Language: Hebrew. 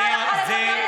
חברת הכנסת ברקו.